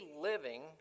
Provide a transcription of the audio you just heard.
living